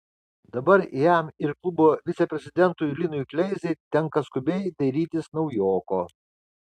dabar jam ir klubo viceprezidentui linui kleizai tenka skubiai dairytis naujoko